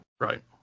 Right